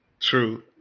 True